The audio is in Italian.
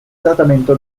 trattamento